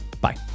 Bye